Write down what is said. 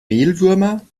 mehlwürmer